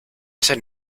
veces